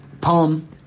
poem